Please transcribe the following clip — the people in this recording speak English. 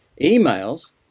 emails